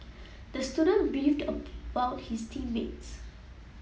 the student beefed about his team mates